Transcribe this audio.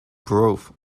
broth